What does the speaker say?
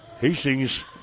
Hastings